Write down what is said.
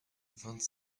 vingt